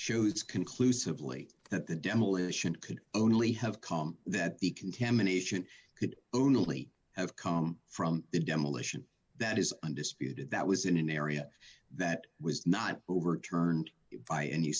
shows conclusively that the demolition could only have come that the contamination could only have come from the demolition that is undisputed that was in an area that was not overturned by